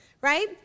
right